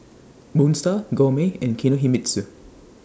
Moon STAR Gourmet and Kinohimitsu